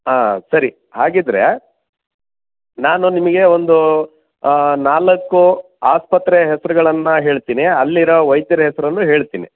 ಹಾಂ ಸರಿ ಹಾಗಿದ್ದರೆ ನಾನು ನಿಮಗೆ ಒಂದು ನಾಲ್ಕು ಆಸ್ಪತ್ರೆಯ ಹೆಸರುಗಳನ್ನು ಹೇಳ್ತೀನಿ ಅಲ್ಲಿರೊ ವೈದ್ಯರ ಹೆಸರನ್ನು ಹೇಳ್ತೀನಿ